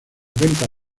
ventas